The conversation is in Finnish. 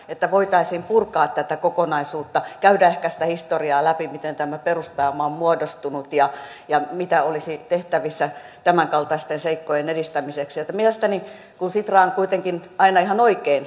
että voitaisiin purkaa tätä kokonaisuutta käydä ehkä sitä historiaa läpi miten tämä peruspääoma on muodostunut ja ja sitä mitä olisi tehtävissä tämänkaltaisten seikkojen edistämiseksi kun sitran arvokkaaseen työhön kuitenkin ihan oikein